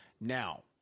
Now